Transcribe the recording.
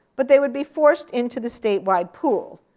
but they would be forced into the state-wide pool.